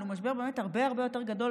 אבל הוא משבר באמת הרבה הרבה יותר גדול,